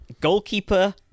goalkeeper